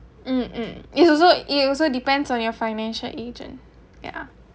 mm mm it also it also depends on your financial agent ya